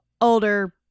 older